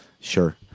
Sure